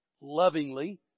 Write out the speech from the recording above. lovingly